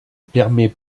permet